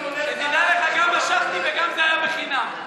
תדע לך, גם משכתי וגם זה היה בחינם.